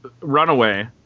runaway